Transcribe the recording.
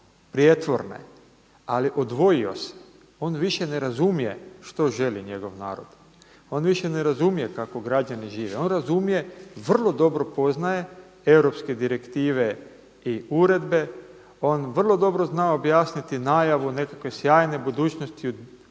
prijetvorne, ali odvojio se. On više ne razumije što želi njegov narod. On više ne razumije kako građani žive. On razumije, vrlo dobro poznaje europske direktive i uredbe, on vrlo dobro zna objasniti najavu nekakve sjajne budućnosti,